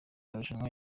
marushanwa